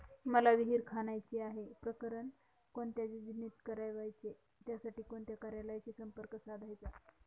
मला विहिर खणायची आहे, प्रकरण कोणत्या योजनेत करायचे त्यासाठी कोणत्या कार्यालयाशी संपर्क साधायचा?